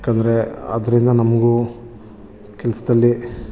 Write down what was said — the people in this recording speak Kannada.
ಯಾಕಂದರೆ ಅದರಿಂದ ನಮಗೂ ಕೆಲಸದಲ್ಲಿ